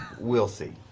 we'll see.